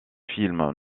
films